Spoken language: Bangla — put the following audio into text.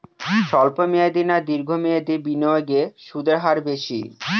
স্বল্প মেয়াদী না দীর্ঘ মেয়াদী বিনিয়োগে সুদের হার বেশী?